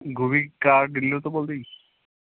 ਗੂਰੀ car dealer ਤੋਂ ਬੋਲਦੇ ਜੀ